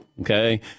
okay